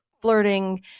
flirting